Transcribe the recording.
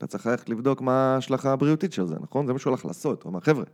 אתה צריך ללכת לבדוק מה ההשלכה הבריאותית של זה, נכון? זה מה שהוא הולך לעשות, הוא אמר, חבר'ה...